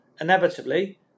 inevitably